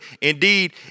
indeed